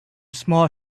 small